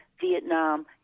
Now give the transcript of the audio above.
Vietnam